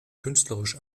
künstlerisch